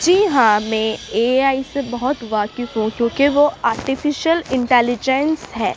جی ہاں میں A I سے بہت واقف ہوں کیونکہ وہ آرٹیفیشیل انٹیلیجنس ہے